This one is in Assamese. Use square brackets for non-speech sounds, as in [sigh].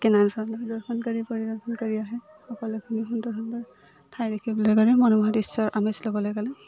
কেনে ধৰণৰ দৰ্শনকাৰী পৰিদৰ্শনকাৰী আহে সকলোখিনি সুন্দৰ সুন্দৰ ঠাই দেখিব [unintelligible] মনোমাহা দৃশ্যৰ আমেজ ল'বলৈ গ'লে